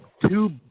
two –